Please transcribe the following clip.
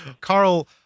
Carl